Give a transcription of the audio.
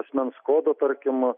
asmens kodo tarkim